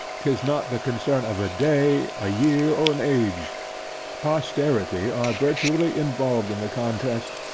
tis not the concern of a day, a year, or an age posterity are virtually involved in the contest,